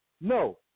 No